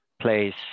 place